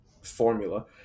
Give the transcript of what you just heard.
formula